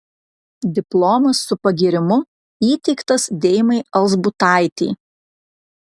diplomas su pagyrimu įteiktas deimai alzbutaitei